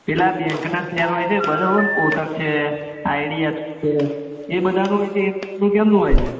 પેલા બેન્કના શેર હોય છે બરોબર કોટક છે આઇડીએફસી છે એ બધાનું હોય છે એ બધું કેમનું હોય છે